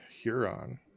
Huron